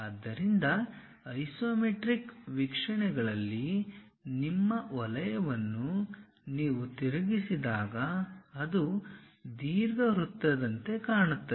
ಆದ್ದರಿಂದ ಐಸೊಮೆಟ್ರಿಕ್ ವೀಕ್ಷಣೆಗಳಲ್ಲಿ ನಿಮ್ಮ ವಲಯವನ್ನು ನೀವು ತಿರುಗಿಸಿದಾಗ ಅದು ದೀರ್ಘವೃತ್ತದಂತೆ ಕಾಣುತ್ತದೆ